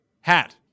Hat